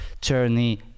journey